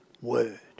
word